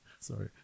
Sorry